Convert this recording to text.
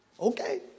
Okay